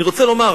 אני רוצה לומר,